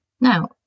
Now